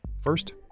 First